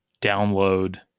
download